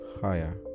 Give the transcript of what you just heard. higher